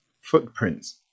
footprints